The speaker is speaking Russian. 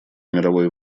мировой